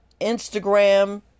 Instagram